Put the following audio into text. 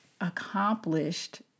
accomplished